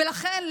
ולכן,